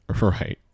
Right